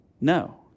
no